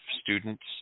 students